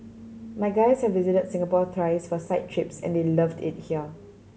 my guys have visited Singapore thrice for site trips and they loved it here